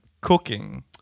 cooking